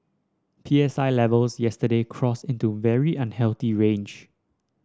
P S I levels yesterday crossed into very unhealthy range